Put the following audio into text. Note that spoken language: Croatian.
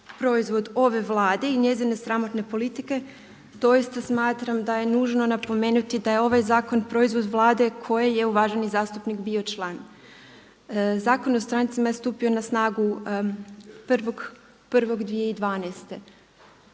proizvod ove Vlade i njezine sramotne politike doista smatram da je nužno napomenuti da je ovaj zakon proizvod Vlade kojoj je uvaženi zastupnik bio član. Zakon o strancima je stupio na snagu 1.1.2012.